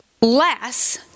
less